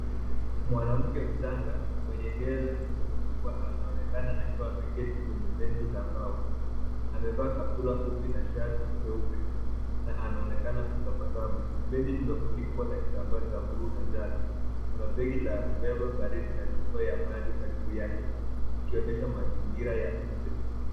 Mwanamke mchanga mwenye nywele zilizosukwa anaonekana akiwa ameketi kwenye benchi la mbao. Amevaa kaptula fupi na shati jeupe na anaonekana kutabasamu. Benchi limefunikwa na kitambaa cha buluu na njano. Kuna begi la kubeba baridi na chupa ya maji karibu yake ikionyesha mazingira ya nje.